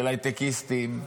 של הייטקיסטים,